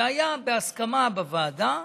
זה היה בהסכמה בוועדה.